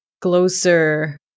closer